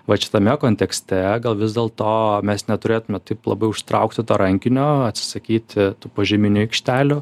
vat šitame kontekste gal vis dėlto mes neturėtume taip labai užtraukti to rankinio atsisakyti tų požeminių aikštelių